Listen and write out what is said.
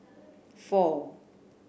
four